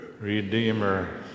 Redeemer